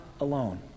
alone